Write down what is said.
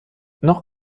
noch